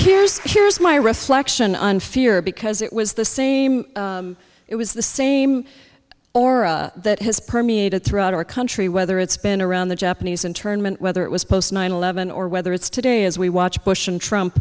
here's here's my reflection on fear because it was the same it was the same or that has permeated throughout our country whether it's been around the japanese internment whether it was post nine eleven or whether it's today as we watch bush and trump